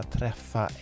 träffa